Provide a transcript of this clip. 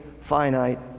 finite